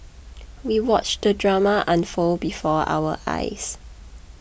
we watched the drama unfold before our eyes